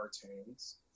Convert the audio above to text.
cartoons